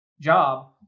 job